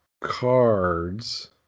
cards